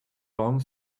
long